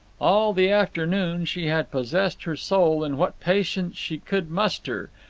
all the afternoon she had possessed her soul in what patience she could muster,